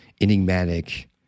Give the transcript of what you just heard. enigmatic